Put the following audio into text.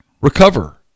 recover